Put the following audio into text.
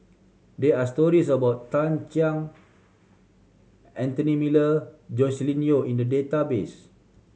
there are stories about Tan Sang Anthony Miller Joscelin Yeo in the database